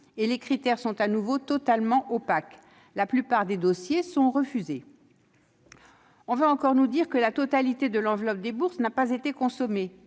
et les critères sont également totalement opaques. La plupart des dossiers sont refusés. On va encore nous dire que la totalité de l'enveloppe des bourses n'a pas été consommée,